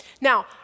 Now